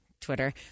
Twitter